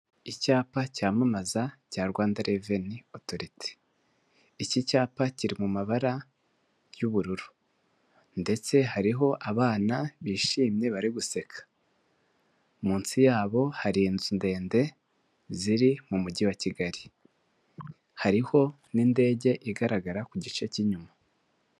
Icyapa cyamamaza cya Rwanda Revenue Authority; iki cyapa kiri mu mabara y'ubururu ndetse hariho abana bishimye bari guseka. Munsi yabo hari inzu ndende ziri mu mujyi wa Kigali; hariho n'indege igaragara ku gice cy'inyuma.